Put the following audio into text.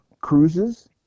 cruises